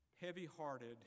heavy-hearted